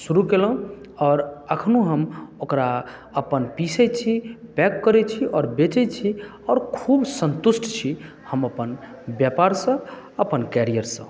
शुरू केलहुँ आओर अखनहुँ ओकरा हम अपन पीसै छी पैक करै छी आ बेचै छी आओर खूब संतुष्ट छी हम अपन व्यापारसँ अपन कैरियरसँ